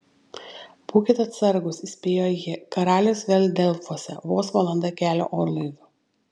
būkit atsargūs įspėjo ji karalius vėl delfuose vos valanda kelio orlaiviu